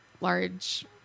large